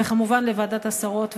וכמובן לוועדת השרות והשרים,